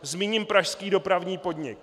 Zmíním pražský Dopravní podnik.